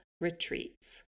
retreats